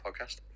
podcast